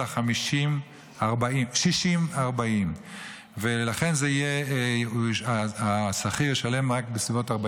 אלא 60-40. לכן השכיר ישלם רק בסביבות 40